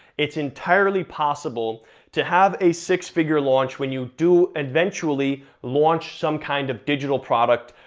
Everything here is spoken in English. it's entirely possible to have a six figure launch when you do eventually launch some kind of digital product.